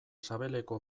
sabeleko